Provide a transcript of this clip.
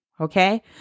Okay